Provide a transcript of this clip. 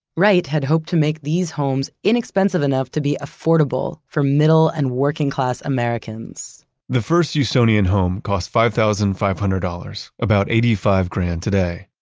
wright had hoped to make these homes inexpensive enough to be affordable for middle and working-class americans the first usonian home cost five thousand five hundred dollars, about eighty five grand today.